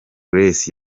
grace